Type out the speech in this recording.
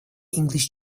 english